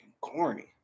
corny